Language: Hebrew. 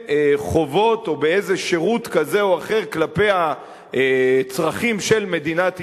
חובות או באיזה שירות כזה או אחר כלפי הצרכים של מדינת ישראל,